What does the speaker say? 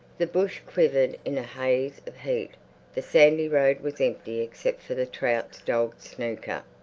the bush quivered in a haze of heat the sandy road was empty except for the trouts' dog snooker,